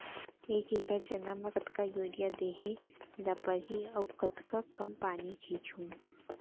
एक एकड़ चना म कतका यूरिया देहे ल परहि अऊ कतका कन पानी छींचहुं?